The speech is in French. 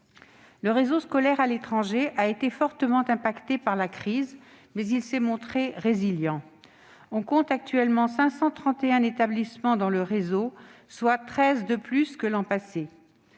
Le réseau scolaire à l'étranger a été fortement affecté par la crise, mais il s'est montré résilient. On compte actuellement 531 établissements dans le réseau, soit 13 de plus que l'an passé.